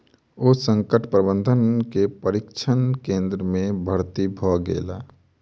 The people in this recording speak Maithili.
ओ संकट प्रबंधन के प्रशिक्षण केंद्र में भर्ती भ गेला